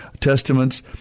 testaments